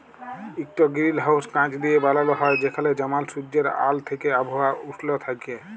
ইকট গিরিলহাউস কাঁচ দিঁয়ে বালাল হ্যয় যেখালে জমাল সুজ্জের আল থ্যাইকে আবহাওয়া উস্ল থ্যাইকে